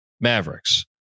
Mavericks